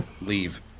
leave